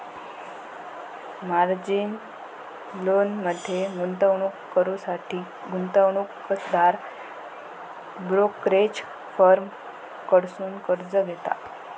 margin लोनमध्ये गुंतवणूक करुसाठी गुंतवणूकदार ब्रोकरेज फर्म कडसुन कर्ज घेता